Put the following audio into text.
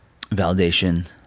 validation